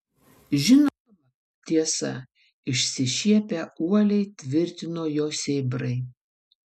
žinoma tiesa išsišiepę uoliai tvirtino jo sėbrai